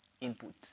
input